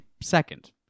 second